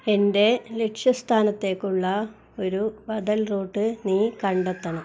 എൻ്റെ ലക്ഷ്യ സ്ഥാനത്തേക്കുള്ള ഒരു ബദൽ റൂട്ട് നീ കണ്ടെത്തണം